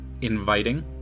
inviting